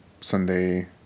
Sunday